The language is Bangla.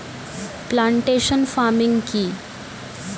প্লান্টেশন ফার্মিং কি?